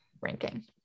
ranking